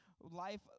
life